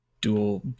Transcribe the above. Dual